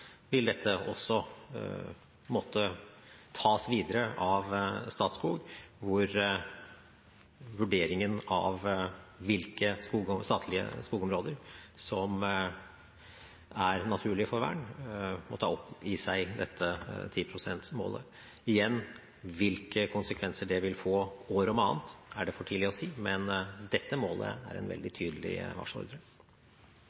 vil dette også måtte tas videre av Statskog, hvor vurderingen av hvilke statlige skogområder som er naturlige for vern, må ta opp i seg dette 10 pst.-målet. Igjen: Hvilke konsekvenser det vil få år om annet, er for tidlig å si, men dette målet er en veldig